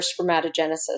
spermatogenesis